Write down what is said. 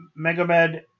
megamed